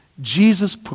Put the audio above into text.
Jesus